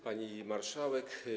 Pani Marszałek!